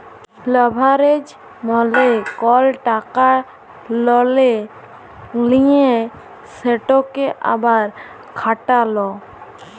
leverage মালে কল টাকা ললে লিঁয়ে সেটকে আবার খাটালো